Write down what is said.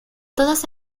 todos